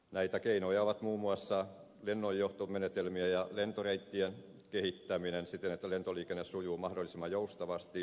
näitä keinoja ovat muun muassa lennonjohtomenetelmien ja lentoreittien kehittäminen siten että lentoliikenne sujuu mahdollisimman joustavasti